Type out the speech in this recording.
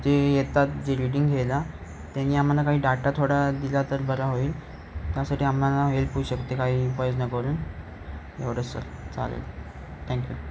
जे येतात जे रीडिंग घ्यायला त्यानी आम्हाला काही डाटा थोडा दिला तर बरा होईल त्यासाठी आम्हाला हेल्प होऊ शकते काही प्रयत्न करून एवढंच सर चालेल थँक्यू